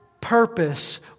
purpose